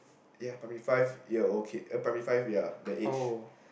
ya primary five year old kid a primary five ya that age